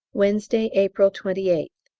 wednesday, april twenty eighth.